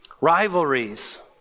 Rivalries